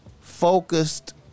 focused